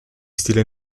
stile